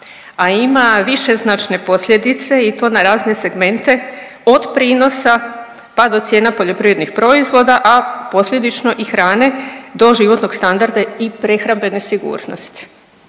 a ima višeznačne posljedice i to na razne segmente od prinosa, pa do cijena poljoprivrednih proizvoda, a posljedično i hrane do životnog standarda i prehrambene sigurnosti.